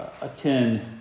attend